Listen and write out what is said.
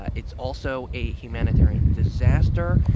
ah it's also a humanitarian disaster.